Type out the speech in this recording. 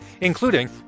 including